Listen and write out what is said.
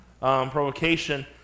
provocation